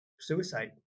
suicide